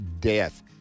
death